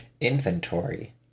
Inventory